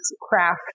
craft